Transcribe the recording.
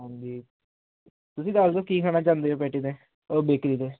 ਹਾਂਜੀ ਤੁਸੀਂ ਦੱਸ ਦੋ ਕੀ ਖਾਣਾ ਚਾਹੁੰਦੇ ਹੋ ਪੈਟੀ ਤੇ ਓਹ ਬੇਕਰੀ ਤੇ